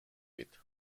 with